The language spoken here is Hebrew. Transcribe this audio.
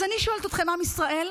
אז אני שואלת אתכם, עם ישראל: